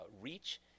reach